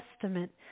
Testament